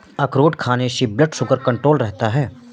अखरोट खाने से ब्लड शुगर कण्ट्रोल रहता है